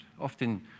Often